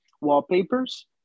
wallpapers